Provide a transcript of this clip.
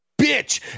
bitch